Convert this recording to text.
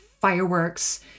fireworks